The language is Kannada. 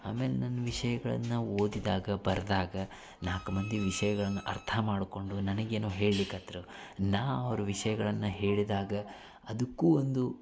ಆಮೇಲೆ ನನ್ನ ವಿಷಯಗಳನ್ನು ಓದಿದಾಗ ಬರೆದಾಗ ನಾಲ್ಕು ಮಂದಿ ವಿಷಯಗಳನ್ನು ಅರ್ಥ ಮಾಡಿಕೊಂಡು ನನಗೇನೋ ಹೇಳಲಿಕತ್ರು ನಾ ಅವ್ರ ವಿಷಯಗಳನ್ನು ಹೇಳಿದಾಗ ಅದಕ್ಕೂ ಒಂದು